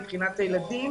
מבחינת הילדים.